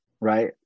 right